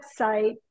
website